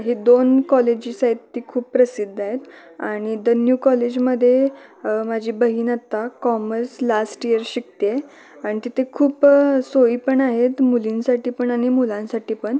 हे दोन कॉलेजेस आहेत ते खूप प्रसिद्ध आहेत आणि द न्यू कॉलेजमध्ये माजी बहीण आत्ता कॉमर्स लास्ट इयर शिकत आहे आणि तिथे खूप सोयी पण आहेत मुलींसाठी पण आणि मुलांसाठी पण